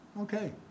okay